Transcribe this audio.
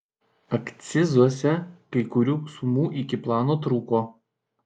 akcizuose kai kurių sumų iki plano trūko